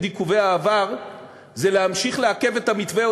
עיכובי העבר זה להמשיך לעכב את המתווה,